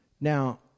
Now